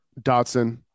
Dotson